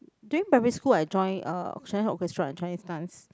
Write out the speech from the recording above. during primary school I join uh Chinese Orchestra and Chinese dance